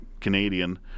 Canadian